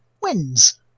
wins